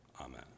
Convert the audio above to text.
amen